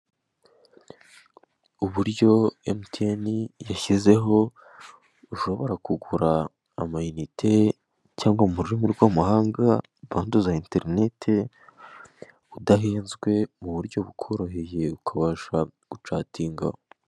Uburyo emutiyene yashyizeho ushobora kugura amayinite cyangwa mu rurimi rw'amahanga, bando za interineti udahezwe mu buryo bukoroheye ukabasha gucatinga.